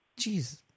Jeez